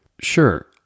Sure